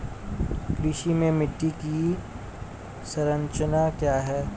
कृषि में मिट्टी की संरचना क्या है?